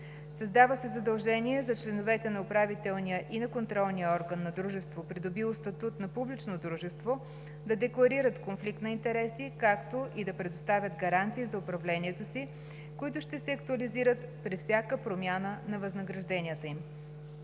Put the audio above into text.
Създава се задължение за членовете на управителния и на контролния орган на дружество, придобило статут на публично дружество, да декларират конфликт на интереси, както и да предоставят гаранции за управлението си, които ще се актуализират при всяка промяна на възнагражденията им.